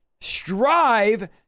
strive